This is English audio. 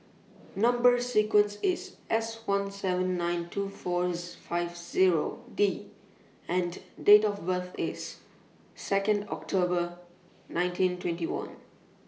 Number sequence IS S one seven nine two four five Zero D and Date of birth IS Second October ninteen twenty one